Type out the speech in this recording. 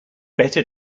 better